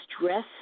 stress